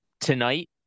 tonight